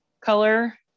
color